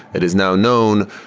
it is now known.